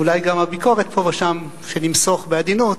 ואולי גם הביקורת פה ושם שנמסוך בעדינות,